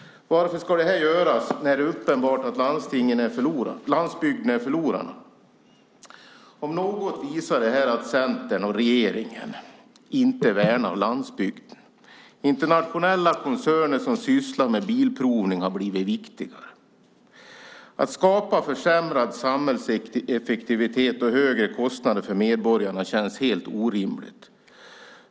Varför ska detta göras när det är uppenbart att landsbygden är förloraren? Om något visar detta att Centern och regeringen inte värnar landsbygden. Internationella koncerner som sysslar med bilprovning har blivit viktigare. Att skapa försämrad samhällseffektivitet och högre kostnader för medborgarna känns orimligt.